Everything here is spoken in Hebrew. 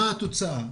מה התוצאה?